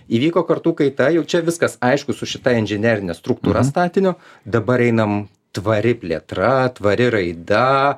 įvyko kartų kaita jau čia viskas aišku su šita inžinerine struktūra statinio dabar einam tvari plėtra tvari raida